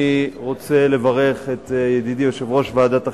אני רוצה לברך את ידידי יושב-ראש ועדת החינוך,